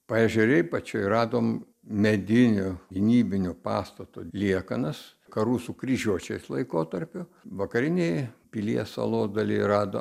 paežerėj pačioj radom medinių gynybinių pastato liekanas karų su kryžiuočiais laikotarpiu vakarinėj pilies salos daly rado